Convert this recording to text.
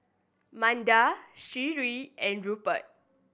Manda Sheree and Rupert